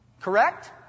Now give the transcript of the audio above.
Correct